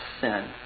sin